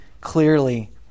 clearly